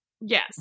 yes